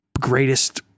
greatest